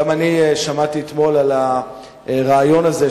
גם אני שמעתי אתמול על הרעיון הזה,